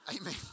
Amen